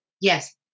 Yes